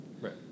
Right